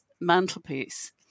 mantelpiece